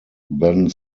then